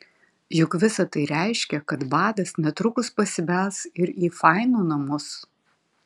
juk visa tai reiškia kad badas netrukus pasibels ir į fainų namus